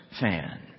fan